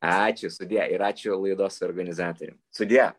ačiū sudie ir ačiū laidos organizatoriam sudie